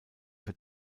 für